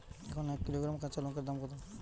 এখন এক কিলোগ্রাম কাঁচা লঙ্কার দাম কত?